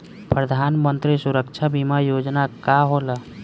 प्रधानमंत्री सुरक्षा बीमा योजना का होला?